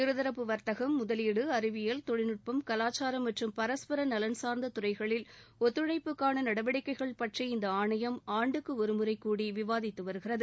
இருதரப்பு வா்த்தகம் முதலீடு அறிவியல் தொழில்நட்பம் கலாச்சாரம் மற்றும் பரஸ்பர நலன் சார்ந்த துறைகளில் ஒத்துழைப்புக்கான நடவடிக்கைகள் பற்றி இந்த ஆணையம் ஆண்டுக்கு ஒருமுறை கூடி விவாதித்து வருகிறது